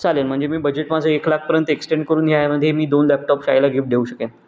चालेल म्हणजे मी बजेट माझं एक लाखपर्यंत एक्स्टेंड करून यामध्ये मी दोन लॅपटॉप शाळेला गिफ्ट देऊ शकेन